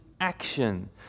action